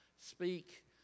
Speak